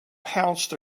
pounced